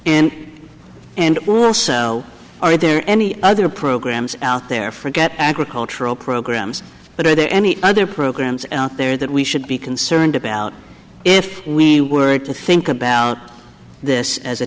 and are there any other programs out there forget agricultural programs but are there any other programs out there that we should be concerned about if we were to think about this as a